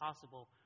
possible